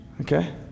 okay